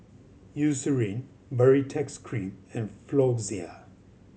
Eucerin Baritex Cream and Floxia